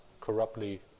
corruptly